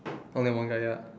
only one guy ya